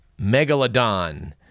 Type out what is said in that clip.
megalodon